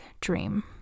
dream